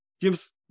gives